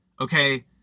okay